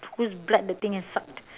whose blood the thing has sucked